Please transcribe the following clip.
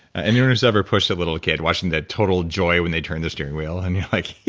anyone who's ever pushed a little kid, watching the total joy when they turn the steering wheel, and you're like,